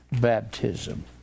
baptism